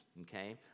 Okay